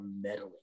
meddling